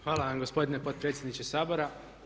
Hvala vam gospodine potpredsjedniče Sabora.